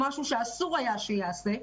משהו שאסור היה שייעשה,